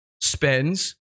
spends